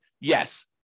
yes